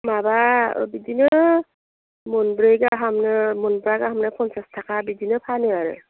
माबा बिदिनो मोनब्रै गाहामनो मोनबा गाहामनो फनसास थाखा बिदिनो फानो आरो